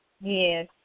Yes